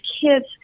kids